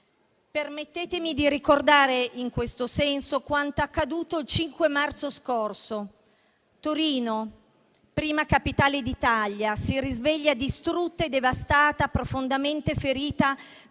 Permettetemi di ricordare, in questo senso, quanto accaduto il 5 marzo scorso a Torino, prima capitale d'Italia, che si è risvegliata distrutta e devastata, profondamente ferita